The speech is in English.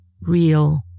real